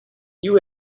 you